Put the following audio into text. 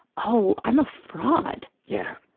oh, i'm a fraud. yeah.